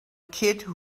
kid